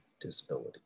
disability